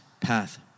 path